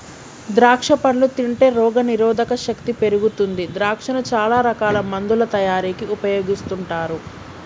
ద్రాక్షా పండ్లు తింటే రోగ నిరోధక శక్తి పెరుగుతుంది ద్రాక్షను చాల రకాల మందుల తయారీకి ఉపయోగిస్తుంటారు